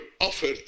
offered